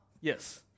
Yes